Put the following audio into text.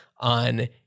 On